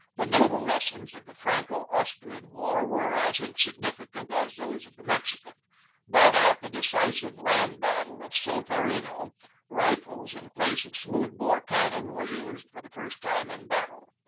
the naval lessons of the franco-austrian war were as insig nificant as those of the mexican but at the decisive land battle of solferino rifles in place of smooth bore cannon were used for the first time in battle.